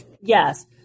yes